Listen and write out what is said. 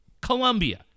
Colombia